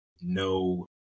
no